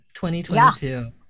2022